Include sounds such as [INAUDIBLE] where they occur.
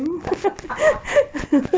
[LAUGHS]